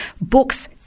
books